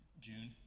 June